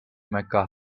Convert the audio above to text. mecca